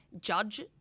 judge